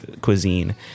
cuisine